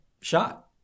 shot